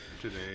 today